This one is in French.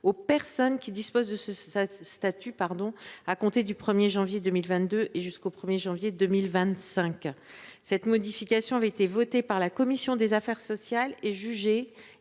aux personnes qui disposent de ce statut à compter du 1 janvier 2022 et jusqu’au 1 janvier 2025. Cette modification avait été votée par la commission des affaires sociales et jugée